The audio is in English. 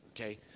okay